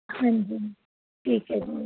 ਹਾਂਜੀ ਠੀਕ ਐ ਜੀ